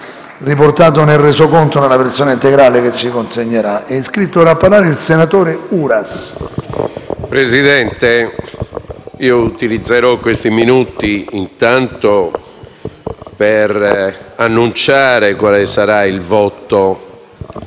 Presidente, utilizzerò questi minuti per annunciare quale sarà il voto